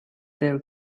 their